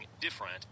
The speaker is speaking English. different